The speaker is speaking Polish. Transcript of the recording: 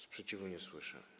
Sprzeciwu nie słyszę.